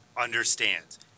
understands